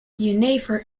jenever